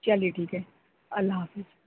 چلیے ٹھیک ہے اللہ حافظ